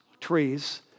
trees